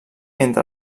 entre